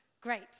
Great